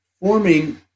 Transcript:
forming